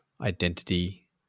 identity